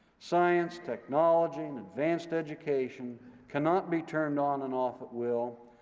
science, technology, and advanced education cannot be turned on and off at will,